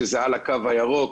שזה על הקו הירוק,